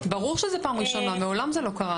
ברור שזו פעם ראשונה, מעולם זה לא קרה.